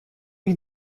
ich